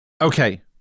Okay